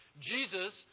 Jesus